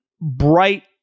bright